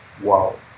Wow